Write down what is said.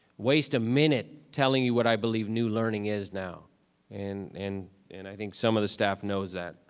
waste a minute telling you what i believe new learning is now and and and i think some of the staff knows that.